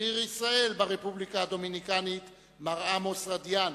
שגריר ישראל ברפובליקה הדומיניקנית מר עמוס רדיאן,